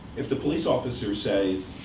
if the police officer says,